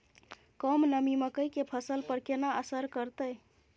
कम नमी मकई के फसल पर केना असर करतय?